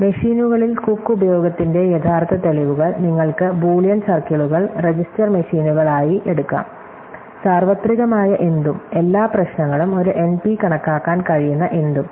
അതിനാൽ മെഷീനുകളിൽ കുക്ക് ഉപയോഗത്തിന്റെ യഥാർത്ഥ തെളിവുകൾ നിങ്ങൾക്ക് ബൂളിയൻ സർക്കിളുകൾ രജിസ്റ്റർ മെഷീനുകളായി എടുക്കാം സാർവത്രികമായ എന്തും എല്ലാ പ്രശ്നങ്ങളും ഒരു എൻപി കണക്കാക്കാൻ കഴിയുന്ന എന്തും